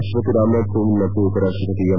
ರಾಷ್ಷಪತಿ ರಾಮನಾಥ್ ಕೋವಿಂದ್ ಮತ್ತು ಉಪರಾಷ್ಷಪತಿ ಎಂ